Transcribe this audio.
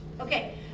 Okay